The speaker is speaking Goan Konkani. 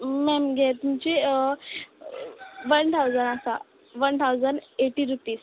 मॅम घे तुमचें वन थावजंड आसा नम थावजंड एटी रुपीज